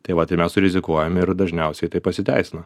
tai vat ir mes surizikuojam ir dažniausiai tai pasiteisina